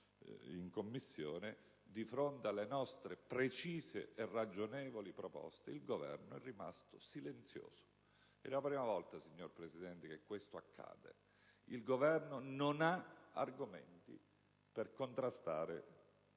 in Commissione, di fronte alle nostre precise e ragionevoli proposte, il Governo è rimasto silenzioso. È la prima volta, signor Presidente, che questo accade. Il Governo non ha argomenti per contrastare